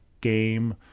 game